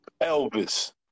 Elvis